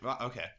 okay